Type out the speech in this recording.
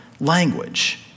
language